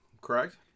Correct